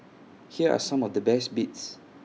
here are some of the best bits